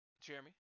jeremy